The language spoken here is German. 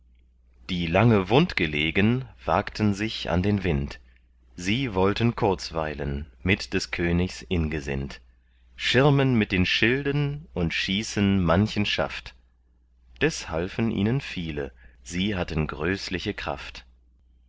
die lange wund gelegen wagten sich an den wind sie wollten kurzweilen mit des königs ingesind schirmen mit den schilden und schießen manchen schaft des halfen ihnen viele sie hatten größliche kraft